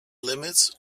limits